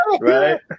right